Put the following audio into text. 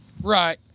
right